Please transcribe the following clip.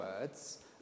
words